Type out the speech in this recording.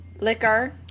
liquor